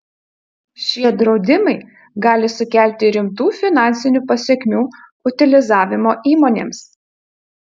šie draudimai gali sukelti rimtų finansinių pasekmių utilizavimo įmonėms